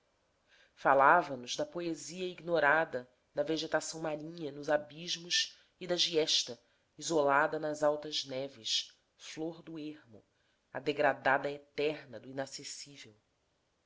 falava nos da poesia ignorada da vegetação marinha nos abismos e da giesta isolada nas altas neves flor do ermo a degradada eterna do inacessível